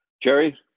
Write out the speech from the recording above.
Jerry